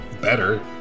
better